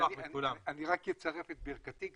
אצרף את ברכתי.